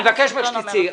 אני מבקש ממך שתצאי.